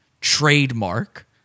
trademark